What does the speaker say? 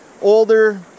older